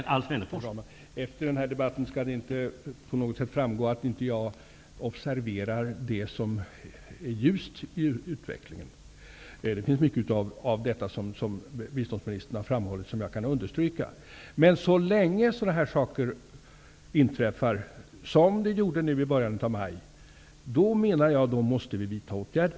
Herr talman! Efter den här debatten skall det inte på något sätt framgå att jag inte observerar det som är ljust i utvecklingen. Det finns mycket av det som biståndsministern har framhållit som jag kan understryka. Men så länge sådana saker inträffar som de som skedde i början av maj menar jag att vi måste vidta åtgärder.